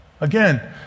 Again